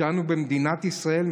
שאנו במדינת ישראל,